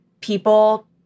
people